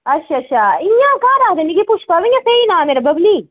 अच्छा अच्छा इ'यां घर आखदे मिगी पुष्पा ब इ'यां स्हेई नांऽ मेरा बबली